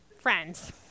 Friends